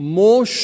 more